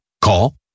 call